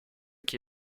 qui